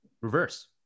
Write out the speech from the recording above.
Reverse